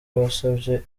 wasabye